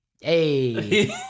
Hey